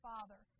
Father